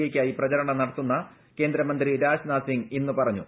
എയ്ക്കായി പ്രചാരണം നടത്തുന്ന കേന്ദ്രമന്ത്രി രാജ്നാഥ് സിംഗ് ഇന്ന് പറഞ്ഞു